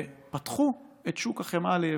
ופתחו את שוק החמאה ליבוא.